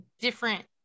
different